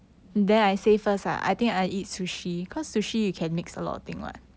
give me a while